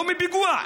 לא מפיגוע.